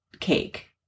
cake